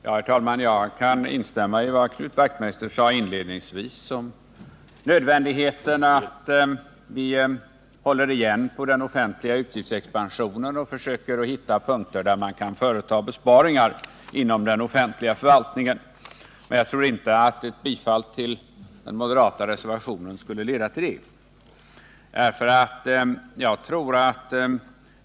Herr talman! Jag kan instämma i vad Knut Wachtmeister inledningsvis sade om nödvändigheten av att vi håller igen på den offentliga utgiftsexpansionen och försöker att hitta punkter där man kan företa besparingar inom den offentliga förvaltningen. Men jag tror inte att ett bifall till den moderata reservationen skulle leda till det.